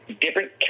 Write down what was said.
different